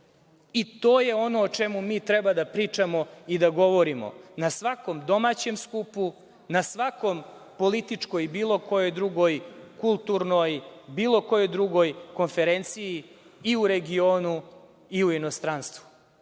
je ono o čemu mi treba da pričamo i da govorimo na svakom domaćem skupu, na svakoj političkoj, kulturnoj, bilo kojoj drugoj konferenciji i u regionu i inostranstvu